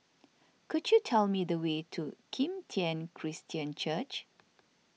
could you tell me the way to Kim Tian Christian Church